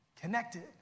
connected